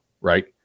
right